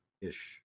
ish